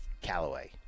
Callaway